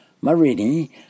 Marini